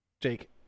Jake